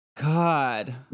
god